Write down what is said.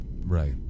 Right